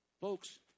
Folks